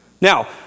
Now